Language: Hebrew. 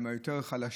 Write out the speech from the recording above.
והם יותר חלשים,